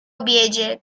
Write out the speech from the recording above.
obiedzie